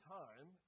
time